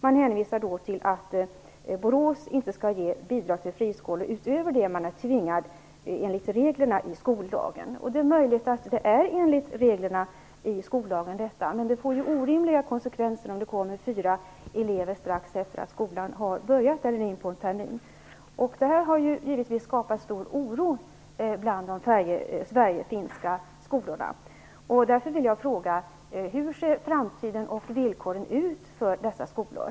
Man hänvisar till att "Borås inte ska ge bidrag till friskolor utöver det man är tvingad till enligt reglerna i skollagen". Det är möjligt att detta är i enlighet med reglerna i skollagen. Men det får orimliga konsekvenser om det kommer fyra elever strax efter det att skolan har börjat eller en bit in på en termin. Det här har givetvis skapat stor oro bland de sverigefinska skolorna. Därför vill jag fråga: Hur ser framtiden och villkoren ut för dessa skolor?